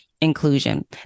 inclusion